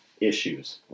issues